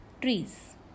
trees